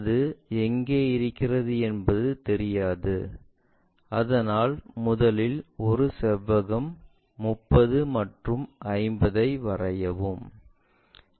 அது எங்கே இருக்கிறது என்பது தெரியாது அதனால் முதலில் ஒரு செவ்வகம் 30 மற்றும் 50 ஐ வரையவும்